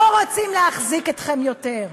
לא רוצים להחזיק אתכם יותר.